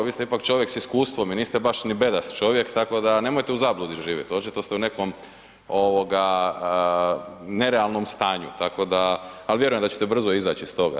Vi ste ipak čovjek sa iskustvom i niste baš ni bedast čovjek tako da nemojte u zabludi živjet, očito ste u nekom nerealnom stanju, tako da, ali vjerujem da ćete brzo izaći iz toga.